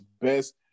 best